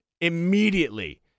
immediately